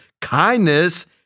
kindness